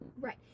Right